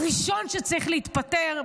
הראשון שצריך להתפטר,